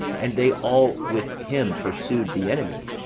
and they all with him pursued the enemies,